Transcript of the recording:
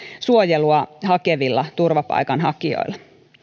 suojelua hakevilla turvapaikanhakijoilla